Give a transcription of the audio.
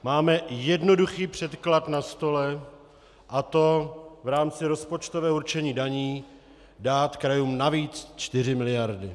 Máme jednoduchý předklad na stole, a to v rámci rozpočtového určení daní dát krajům navíc 4 mld.